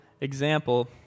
example